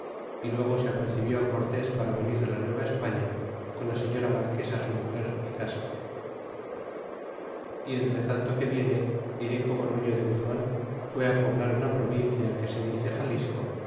y luego se apercibió cortés para venir la nueva españa con la señora marquesa su muger y casa y entretanto que viene diré corho nuño de gunnan fué poblar una provincia que se dice xalisco